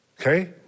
Okay